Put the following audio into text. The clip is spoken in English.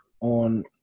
on